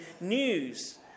news